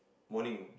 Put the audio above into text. morning